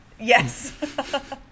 Yes